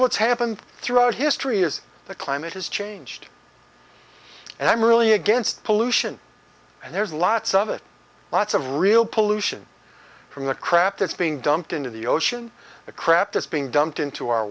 what's happened throughout history is the climate has changed and i'm really against pollution and there's lots of it lots of real pollution from the crap that's being dumped into the ocean the crap that's being dumped into our